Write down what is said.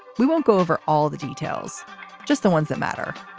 we won't go over all the details just the ones that matter.